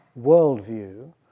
worldview